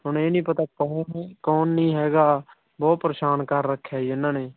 ਹੁਣ ਇਹ ਨਹੀਂ ਪਤਾ ਕੌਣ ਕੌਣ ਨਹੀਂ ਹੈਗਾ ਬਹੁਤ ਪਰੇਸ਼ਾਨ ਕਰ ਰੱਖਿਆ ਜੀ ਇਹਨਾਂ ਨੇ